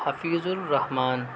Hafeez ur Rahman